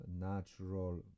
natural